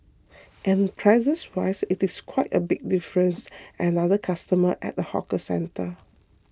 and prices wise it's quite a big difference another customer at a hawker centre